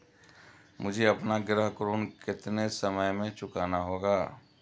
मुझे अपना गृह ऋण कितने समय में चुकाना होगा?